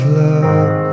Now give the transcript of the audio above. love